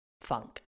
funk